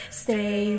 stay